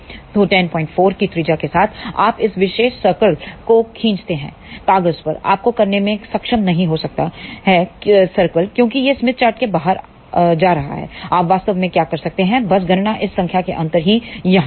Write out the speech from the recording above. तो 104 की त्रिज्या के साथ आप इस विशेष सर्कल को खींचते हैं कागज पर आपको करने में सक्षम नहीं हो सकते हैं सर्कल क्योंकि यह स्मिथ चार्ट से बाहर जा रहा है आप वास्तव में क्या कर सकते हैं बस गणना इस संख्या के अंतर की यहां करें